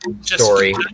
story